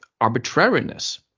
arbitrariness